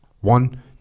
one